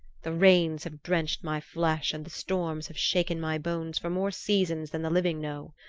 the rains have drenched my flesh and the storms have shaken my bones for more seasons than the living know.